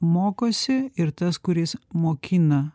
mokosi ir tas kuris mokina